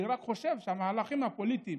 אני רק חושב שהמהלכים הפוליטיים